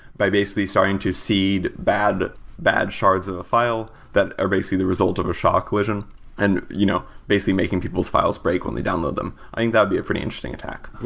by basically starting to seed bad bad charts of a file that are basically the result of a sha collision and you know basically making people's files break when they download them. i think that would be a pretty interesting attack,